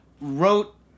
wrote